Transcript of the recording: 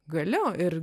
galiu ir